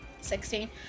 Sixteen